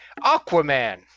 aquaman